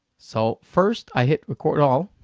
so first i hit record all,